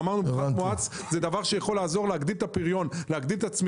ואמרנו: פחת מואץ הוא דבר שיכול להגדיל את הפריון והצמיחה